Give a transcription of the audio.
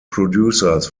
producers